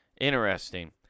Interesting